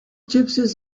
gypsies